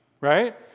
right